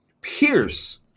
pierce